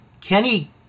Kenny